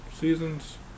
seasons